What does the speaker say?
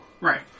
Right